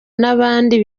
n’abandi